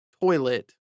toilet